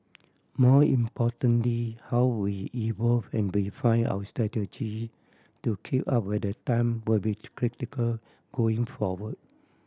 more importantly how we evolve and refine our strategy to keep up with the time will be critical going forward